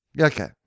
Okay